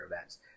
events